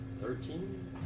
Thirteen